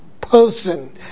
person